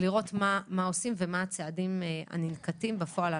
אנחנו מבקשים לראות מה עושים ומה הצעדים הננקטים בפועל,